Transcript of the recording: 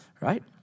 right